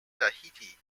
tahiti